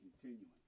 continuing